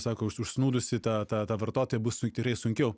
sako užsnūdusį tą tą tą vartotoją bus tikrai sunkiau